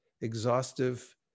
exhaustive